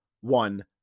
one